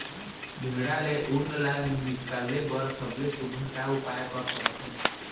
भेड़ा ले उन ला निकाले बर सबले सुघ्घर का उपाय कर सकथन?